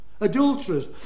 adulterers